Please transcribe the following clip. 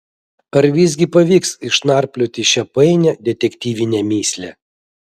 ar visgi pavyks išnarplioti šią painią detektyvinę mįslę